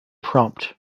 prompt